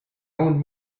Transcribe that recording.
own